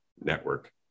network